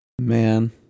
Man